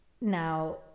Now